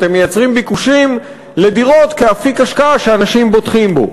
אתם מייצרים ביקושים לדירות כאפיק השקעה שאנשים בוטחים בו.